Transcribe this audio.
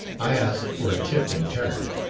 i ask for a tip in turn.